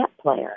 player